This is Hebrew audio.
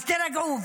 אז תירגעו.